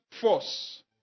force